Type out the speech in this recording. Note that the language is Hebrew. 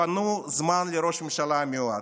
תפנו זמן לראש הממשלה המיועד,